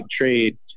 trade